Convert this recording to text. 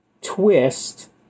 twist